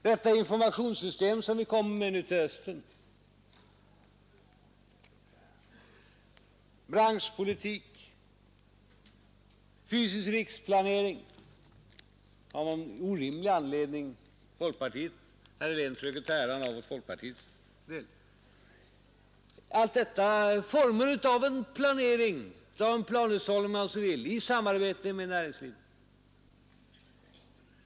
Det informationssystem som vi kommer med nu till hösten, branschpolitik, fysisk riksplanering — som herr Helén av någon orimlig anledning försöker ta åt sig äran av för folkpartiets del — allt detta är former av en planering, en planhushållning om man så vill, i samarbete med näringslivet.